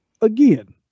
again